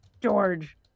George